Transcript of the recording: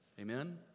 Amen